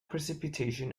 precipitation